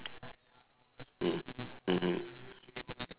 mm mmhmm